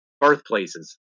birthplaces